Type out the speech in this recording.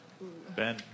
Ben